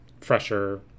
fresher